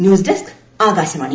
news desk Akashvani